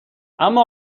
اما